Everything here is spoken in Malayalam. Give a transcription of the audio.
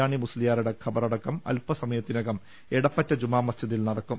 കുഞ്ഞാണി മുസ്ലിയാ രുടെ ഖബറടക്കം അൽപസമയത്തിനകം എടപ്പറ്റ ജുമാ മസ്ജിദിൽ നടക്കും